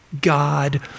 God